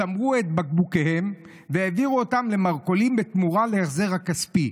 שמרו את בקבוקיהם והעבירו אותם למרכולים בתמורה להחזר הכספי.